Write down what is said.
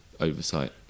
oversight